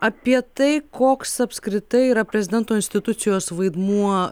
apie tai koks apskritai yra prezidento institucijos vaidmuo